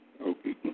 Okay